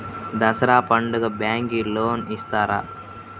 దసరా పండుగ bank loan ఇస్తారా?